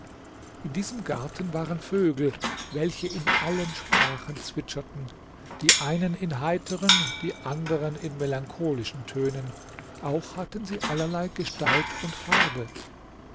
in diesem garten waren vögel welche in allen sprachen zwitscherten die einen in heiteren die anderen in melancholischen tönen auch hatten sie allerlei gestalt und farbe